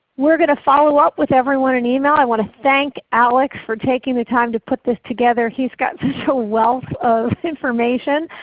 we are going to follow up with everyone in email. i want to thank alex for taking the time to put this together. he's got such a wealth of information.